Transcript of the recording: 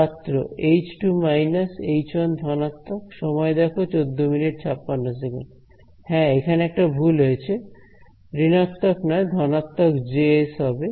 ছাত্র H2 minus H1 ধনাত্মক হ্যাঁএখানে একটা ভুল হয়েছে ঋণাত্মক নয় ধনাত্মক Js হবে